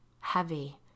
heavy